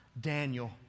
Daniel